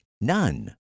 None